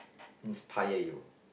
inspire you